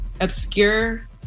obscure